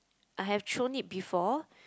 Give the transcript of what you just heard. I have thrown it before